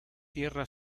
tierra